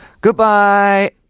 Goodbye